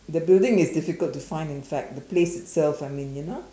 the building is difficult to find inside the place itself I mean you know